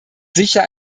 sicher